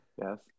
Yes